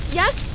yes